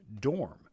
dorm